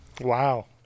Wow